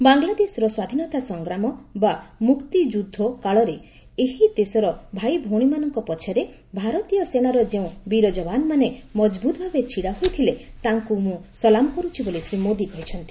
ବାଂଲାଦେଶର ସ୍ୱାଧୀନତା ସଂଗ୍ରାମ ବା ମ୍ବକ୍ତି ଯୁଦ୍ଧୋ କାଳରେ ଏହି ଦେଶର ଭାଇଭଉଣୀମାନଙ୍କ ପଛରେ ଭାରତୀୟ ସେନାର ଯେଉଁ ବୀର ଯବାନମାନେ ମକ୍ଷବୁତ୍ଭାବେ ଛିଡା ହୋଇଥିଲେ ତାଙ୍କୁ ମୁଁ ସଲାମ କରୁଛି ବୋଲି ଶ୍ରୀ ମୋଦୀ କହିଛନ୍ତି